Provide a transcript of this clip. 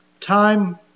Time